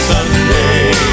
Sunday